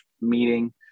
meeting